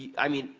i mean,